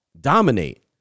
dominate